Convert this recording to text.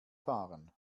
fahren